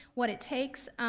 what it takes,